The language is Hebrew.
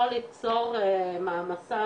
שלום לכולם.